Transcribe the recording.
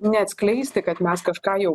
neatskleisti kad mes kažką jau